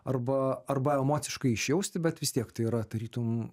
arba arba emociškai išjausti bet vis tiek tai yra tarytum